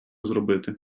зробити